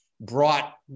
brought